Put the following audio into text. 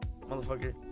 motherfucker